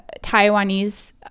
Taiwanese